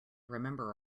remember